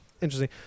interesting